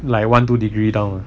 like one two degree down